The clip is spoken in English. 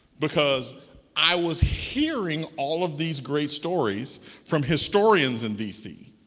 because i was hearing all of these great stories from historians in dc.